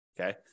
Okay